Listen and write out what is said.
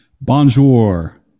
Bonjour